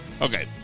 Okay